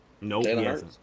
Nope